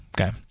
okay